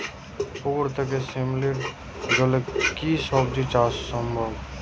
পুকুর থেকে শিমলির জলে কি সবজি চাষ সম্ভব?